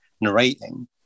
narrating